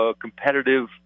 competitive